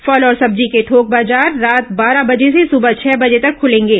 फल और सब्जी के थोक बाजार रात बारह बजे से सुबह छह बजे तक खुलेंगे